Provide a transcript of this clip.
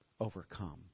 Overcome